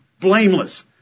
blameless